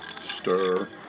stir